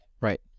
right